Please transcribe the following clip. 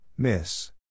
Miss